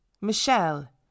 Michelle